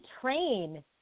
train